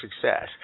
success